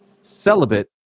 celibate